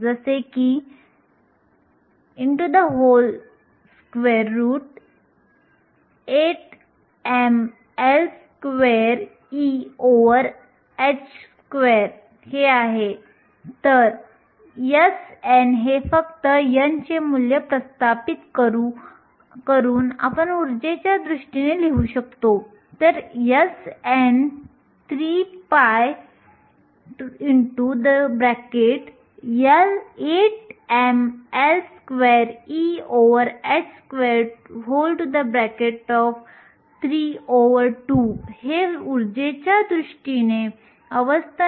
silicon अर्धसंवाहकाच्या बाबतीत आपल्या मर्यादा आहेत जिथे बँडची रुंदी जी Ec ते Ec χ मध्ये एकत्रीकरणाच्या सुलभतेसाठी आहे आपण Ec χ संज्ञा अनंतासह बदलू शकतो हे देखील खरे आहे कारण आम्हाला आढळेल की बहुतेक इलेक्ट्रॉन वाहक बँडच्या तळाशी अगदी जवळ असतात